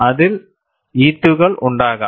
അതിൽ ഇററുകൾ ഉണ്ടാകാം